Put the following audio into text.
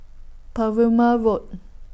Perumal Road